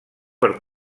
per